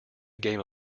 game